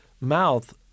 mouth